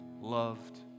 loved